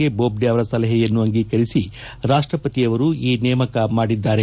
A Bobde ಅವರ ಸಲಹೆಯನ್ನು ಅಂಗೀಕರಿಸಿ ರಾಷ್ಟಪತಿ ಅವರು ಈ ನೇಮಕ ಮಾಡಿದ್ದಾರೆ